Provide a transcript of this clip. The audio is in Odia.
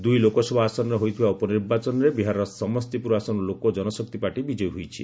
ଦୁଇ ଲୋକସଭା ଆସନରେ ହୋଇଥିବା ଉପନିର୍ବାଚନରେ ବିହାରର ସମସ୍ତିପୁର ଆସନରୁ ଲୋକ ଜନଶକ୍ତି ପାର୍ଟି ବିଜୟୀ ହୋଇଛି